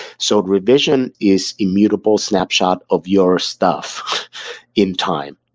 so revision is immutable snapshot of your stuff in time,